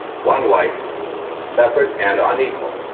one white separate and unequal.